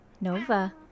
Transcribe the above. Nova